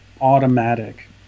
automatic